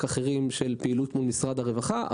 אחרים שקשורים לפעילות מול משרד הרווחה.